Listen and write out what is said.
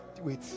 wait